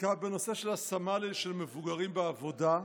עסקה בנושא השמת מבוגרים בעבודה,